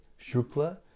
shukla